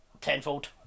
Tenfold